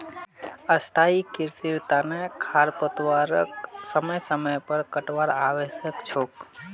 स्थाई कृषिर तना खरपतवारक समय समय पर काटवार आवश्यक छोक